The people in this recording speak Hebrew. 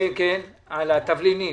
על התבלינים.